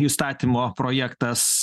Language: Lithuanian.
įstatymo projektas